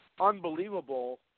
unbelievable